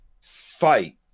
fight